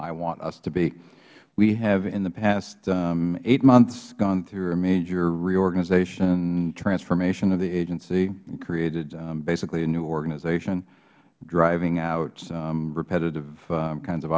i want us to be we have in the past eight months gone through a major reorganization transformation of the agency created basically a new organization driving out repetitive kinds of